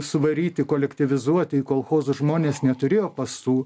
suvaryti kolektyvizuoti į kolchozus žmonės neturėjo pasų